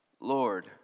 Lord